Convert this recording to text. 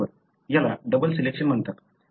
याला double selection म्हणतात